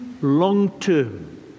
long-term